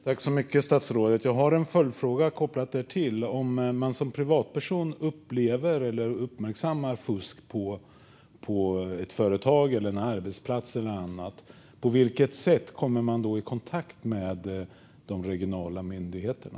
Fru talman! Jag har en följdfråga till detta. Om man som privatperson upplever eller uppmärksammar fusk på ett företag eller en arbetsplats, på vilket sätt kommer man då i kontakt med de regionala myndigheterna?